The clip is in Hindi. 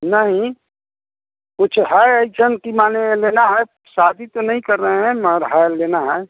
नहीं कुछ है अइसन कि माने लेना है शादी तो नहीं कर रहे हैं मगर है लेना है